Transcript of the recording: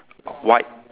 white